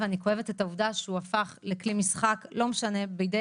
אני כואבת את העובדה שהוא הפך כלי משחק לא משנה בידי